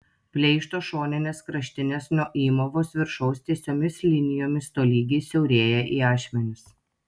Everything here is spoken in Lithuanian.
pleišto šoninės kraštinės nuo įmovos viršaus tiesiomis linijomis tolygiai siaurėja į ašmenis